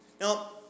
Now